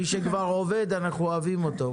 מי שכבר עובד, אנחנו אוהבים אותו.